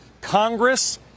Congress